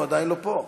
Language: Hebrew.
הוא עדיין לא פה,